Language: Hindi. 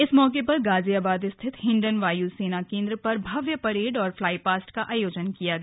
इस मौके पर गाजियाबाद स्थित हिंडन वायु सेना केन्द्र पर भव्य परेड और फ्लाईपास्ट का आयोजन किया गया